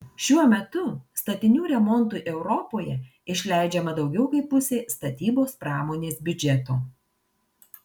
šiuo metu statinių remontui europoje išleidžiama daugiau kaip pusė statybos pramonės biudžeto